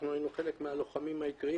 אנחנו היינו חלק מהלוחמים העיקריים.